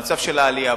במצב של העלייה,